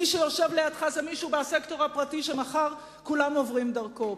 מי שיושב לידך זה מישהו בסקטור הפרטי שמחר כולם עוברים דרכו.